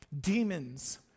demons